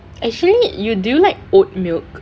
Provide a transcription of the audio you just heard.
actually you do like oatmilk